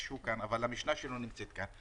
שהוא כאן אבל המשנה שלו נמצאת כאן.